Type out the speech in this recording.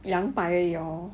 两百而已 hor